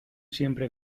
siempre